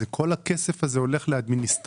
כל הכסף הזה הולך לאדמיניסטרציה?